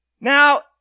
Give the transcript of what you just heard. Now